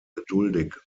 geduldig